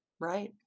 right